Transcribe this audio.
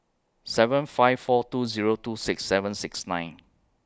seven five four two Zero two six seven six nine